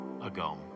ago